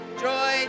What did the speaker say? Joy